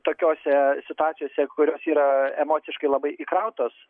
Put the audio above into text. tokiose situacijose kurios yra emociškai labai įkrautos